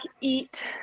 eat